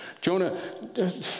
Jonah